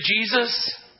Jesus